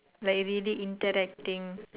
like really interacting